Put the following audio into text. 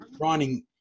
running